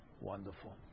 wonderful